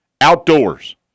Outdoors